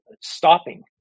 stopping